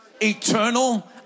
eternal